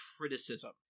criticism